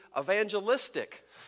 evangelistic